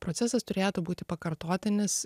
procesas turėtų būti pakartotinis